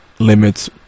limits